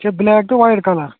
یہِ چھا بٕلیک تہٕ وایِٹ کَلَر